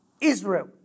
Israel